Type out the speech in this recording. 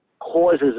causes